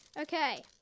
Okay